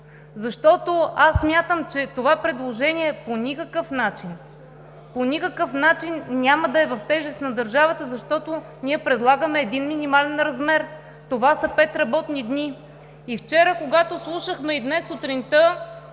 отпуск. Аз смятам, че това предложение по никакъв начин няма да е в тежест на държавата, защото ние предлагаме един минимален размер. Това са пет работни дни. И вчера, и днес сутринта,